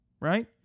Right